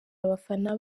abafana